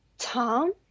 Tom